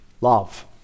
love